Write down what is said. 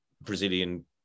brazilian